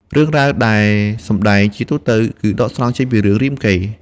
រឿងរ៉ាវដែលសម្តែងជាទូទៅគឺដកស្រង់ចេញពីរឿងរាមកេរ្តិ៍។